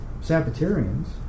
Sabbatarians